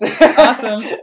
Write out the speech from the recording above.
awesome